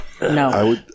No